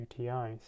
UTIs